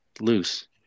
loose